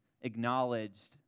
acknowledged